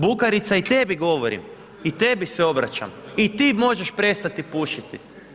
Bukarica, i tebi govorim, i tebi se obraćam, i ti možeš prestati pušiti.